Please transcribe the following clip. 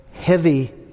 Heavy